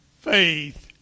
faith